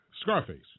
Scarface